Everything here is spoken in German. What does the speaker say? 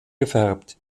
gefärbt